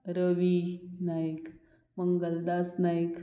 Ravi Naik Mangaldas Naik